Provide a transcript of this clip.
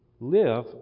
live